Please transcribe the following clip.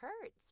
hurts